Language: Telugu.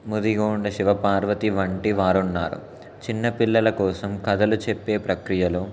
ముదిగోండ శివపార్వతి వంటి వారు ఉన్నారు చిన్న పిల్లల కోసం కథలు చెప్పే ప్రక్రియలు